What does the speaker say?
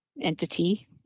entity